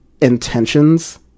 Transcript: intentions